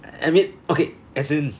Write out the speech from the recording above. I mean okay as in